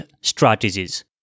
strategies